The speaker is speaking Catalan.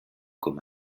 com